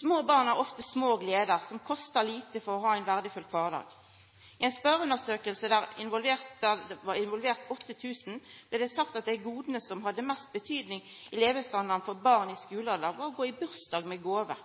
Små barn treng ofte små gleder som kostar lite for å ha ein verdifull kvardag. I ei spørjeundersøking der ein involverte 8 000, blei det sagt at dei goda som hadde mest betydning i levestandarden for barn i skulealder, var å gå i bursdag med gåve,